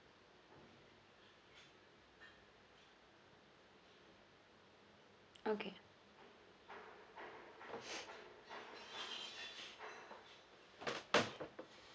okay